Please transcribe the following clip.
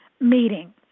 meeting